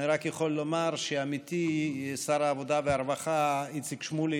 אני רק יכול לומר שעמיתי שר העבודה והרווחה איציק שמולי,